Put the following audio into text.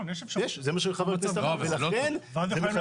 אבל הוא לא